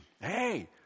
Hey